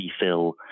refill